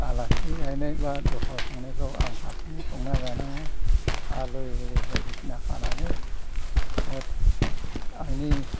आलासि जाहैनाय बा दस्रायाव थांनायफ्राव आं हारसिङै संना जानाङो आलु एरि बायदिसिना हानानै आंनि